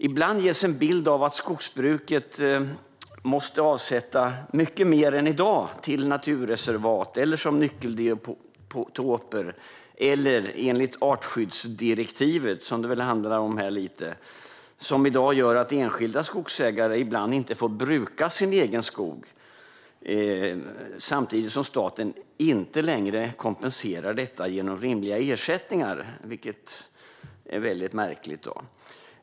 Ibland ges en bild av att skogsbruket måste avsätta mycket mer än i dag till naturreservat, som nyckelbiotoper eller enligt artskyddsdirektivet, som det väl handlar om här. Det gör i dag att enskilda skogsägare ibland inte får bruka sin egen skog, samtidigt som staten inte längre kompenserar detta genom rimliga ersättningar, vilket är väldigt märkligt.